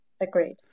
Agreed